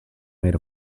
made